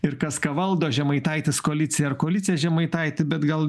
ir kas ką valdo žemaitaitis koaliciją ar koalicija žemaitaitį bet gal